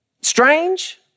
strange